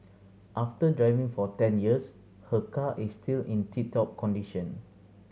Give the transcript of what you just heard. after driving for ten years her car is still in tip top condition